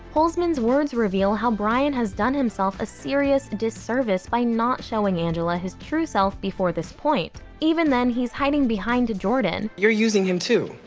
holzman's words reveal how brian has done himself a serious disservice by not showing angela his true self before this point. even then, he's hiding behind jordan. you're using him too,